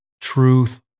truth